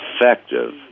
effective